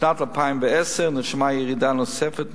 בשנת 2010 נרשמה ירידה נוספת,